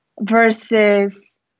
versus